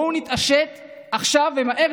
באו נתעשת עכשיו ומהר,